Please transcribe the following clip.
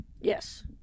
Yes